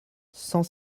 cent